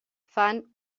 fan